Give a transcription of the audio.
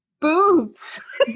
Boobs